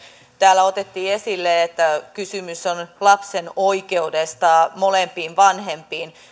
täällä otettiin esille että kysymys on lapsen oikeudesta molempiin vanhempiin